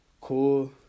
cool